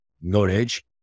knowledge